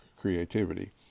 creativity